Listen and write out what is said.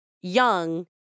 Young